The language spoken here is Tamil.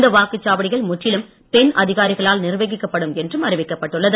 இந்த வாக்குச்சாவடிகள் முற்றிலும் பெண் அதிகாரிகளால் நிர்வகிக்கப்படும் என்றும் அறிவிக்கப்பட்டுள்ளது